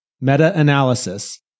Meta-analysis